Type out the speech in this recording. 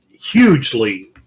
hugely